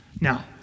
Now